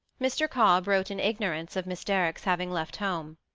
mr. cobb wrote in ignorance of miss derrick's having left home.